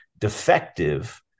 defective